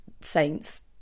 saints